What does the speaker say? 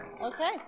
Okay